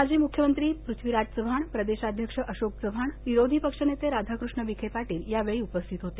माजी मुख्यमंत्री पृथ्वीराज चव्हाण प्रदेशाध्यक्ष अशोक चव्हाण विरोधी पक्ष नेते राधाकृष्ण विखेपाटील यावेळी उपस्थित होते